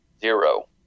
Zero